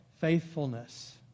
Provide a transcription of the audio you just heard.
faithfulness